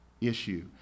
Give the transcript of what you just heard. issue